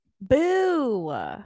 Boo